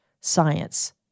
science